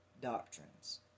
doctrines